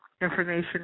information